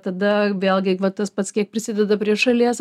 tada vėlgi va tas pats kiek prisideda prie šalies